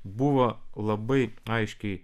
buvo labai aiškiai